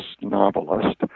novelist